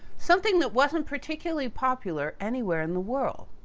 something that wasn't particularly popular, anywhere in the world.